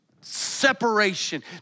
separation